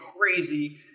crazy